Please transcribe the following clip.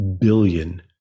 billion